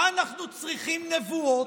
מה אנחנו צריכים נבואות?